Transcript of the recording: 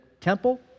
temple